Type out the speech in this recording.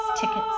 tickets